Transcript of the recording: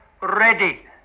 ready